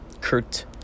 Kurt